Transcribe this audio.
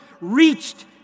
reached